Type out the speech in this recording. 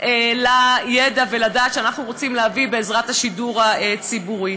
לידע ולדעת שאנחנו רוצים להביא בעזרת השידור הציבורי.